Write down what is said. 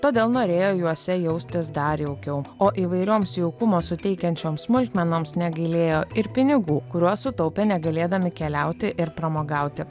todėl norėjo juose jaustis dar jaukiau o įvairioms jaukumo suteikiančioms smulkmenoms negailėjo ir pinigų kuriuos sutaupė negalėdami keliauti ir pramogauti